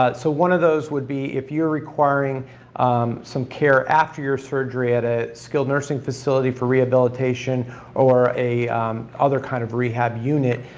but so one of those would be if you're requiring some care after your surgery at a skilled nursing facility for rehabilitation or a other kind of rehab unit,